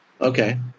Okay